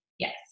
Yes